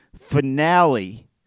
finale